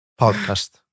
Podcast